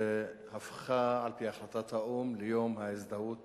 שהפכה על-פי החלטת האו"ם ליום ההזדהות